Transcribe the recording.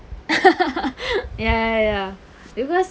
ya ya ya because